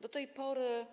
Do tej pory